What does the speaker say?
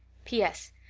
p s.